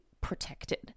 protected